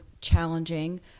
challenging